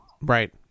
Right